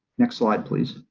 next slide, please.